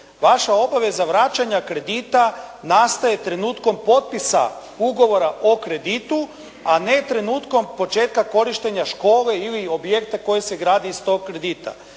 Vaša obaveza vraćanja kredita nastaje trenutkom potpisa ugovora o kreditu a ne trenutkom početka korištenja škole ili objekta koja se gradi iz tog kredita.